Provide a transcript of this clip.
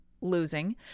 losing